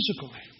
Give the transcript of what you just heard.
physically